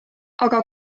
aga